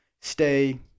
stay